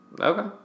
Okay